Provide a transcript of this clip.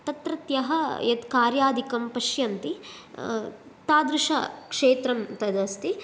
तत्रत्यः यत् कार्यादिकं पशन्ति तादृशं क्षेत्रं तदस्ति